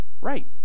right